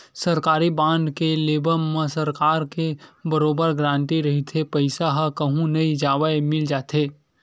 सरकारी बांड के लेवब म सरकार के बरोबर गांरटी रहिथे पईसा ह कहूँ नई जवय मिल जाथे